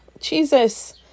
Jesus